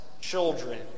children